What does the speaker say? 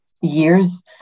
years